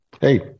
Hey